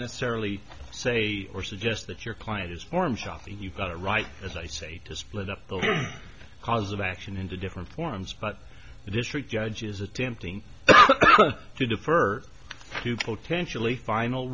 necessarily say or suggest that your client is form shopping you've got it right as i say to split up the cause of action into different forms but the district judge is attempting to defer to potentially final